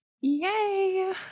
Yay